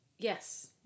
Yes